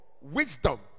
wisdom